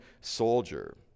soldier